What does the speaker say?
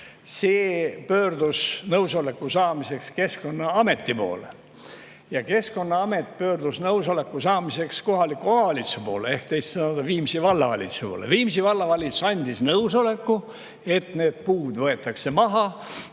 See pöördus nõusoleku saamiseks Keskkonnaameti poole. Ja Keskkonnaamet omakorda pöördus nõusoleku saamiseks kohaliku omavalitsuse poole ehk teisisõnu Viimsi Vallavalitsuse poole. Viimsi Vallavalitsus andis nõusoleku, et need puud võetakse maha,